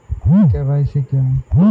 KYC क्या है?